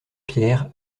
pierres